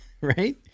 Right